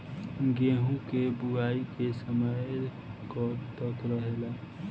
गेहूँ के बुवाई के समय कब तक रहेला?